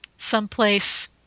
Someplace